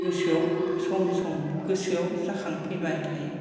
गोसोआव सम सम गोसोआव जाखांफैबाय थायो